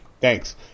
Thanks